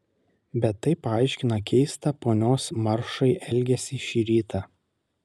bet tai paaiškina keistą ponios maršai elgesį šį rytą